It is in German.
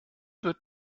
wird